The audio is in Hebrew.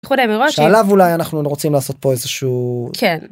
איחוד האמירויות ש... -שעליו אולי אנחנו עוד רוצים לעשות פה איזשהו... -כן.